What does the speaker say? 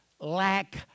lack